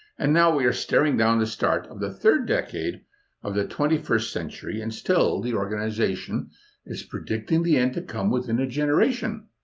and now we are staring down the start of the third decade of the twenty first century, and still the organization is predicting the end to come within a generation,